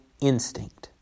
instinct